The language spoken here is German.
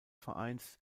vereins